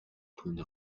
түүний